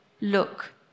look